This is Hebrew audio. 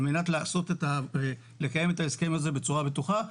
על מנת לקיים את ההסכם הזה בצורה בטוחה.